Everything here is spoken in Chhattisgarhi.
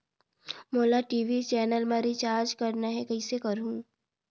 मोला टी.वी चैनल मा रिचार्ज करना हे, कइसे करहुँ?